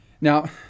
Now